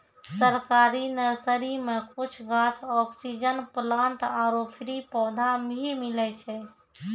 सरकारी नर्सरी मॅ कुछ गाछ, ऑक्सीजन प्लांट आरो फ्री पौधा भी मिलै छै